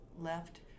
left